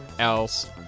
Else